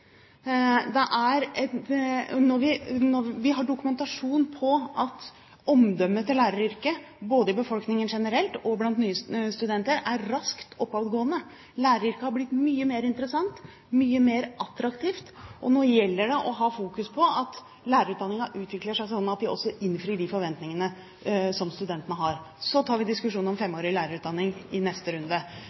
vi har dokumentasjon på at omdømmet til læreryrket, både i befolkningen generelt og blant nye studenter, er raskt oppadgående. Læreryrket har blitt mye mer interessant, mye mer attraktivt, og nå gjelder det å ha fokus på at lærerutdanningen utvikler seg slik at den også innfrir de forventningene som studentene har. Så tar vi diskusjonen om femårig lærerutdanning i neste runde.